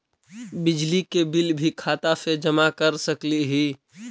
बिजली के बिल भी खाता से जमा कर सकली ही?